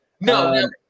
No